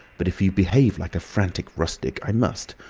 but if you behave like a frantic rustic, i must.